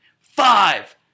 Five